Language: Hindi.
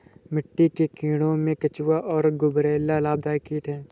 मिट्टी के कीड़ों में केंचुआ और गुबरैला लाभदायक कीट हैं